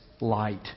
light